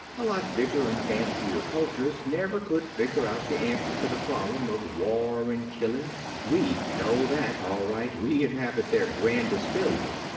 a lot bigger and fancier cultures never could figure out the answer to the problem of war and killing we know that, all right, we inhabit their grandest failure.